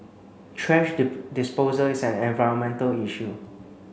thrash disposal is an environmental issue